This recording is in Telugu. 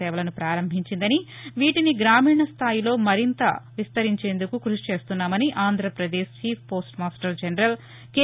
సేవలను పారంభించిందని వీటిని గ్రామీణ స్థాయిలో మరింత విస్తరించేందుకు క్బషిచేస్తున్నామని Andhra Pradesh chief postmaster general K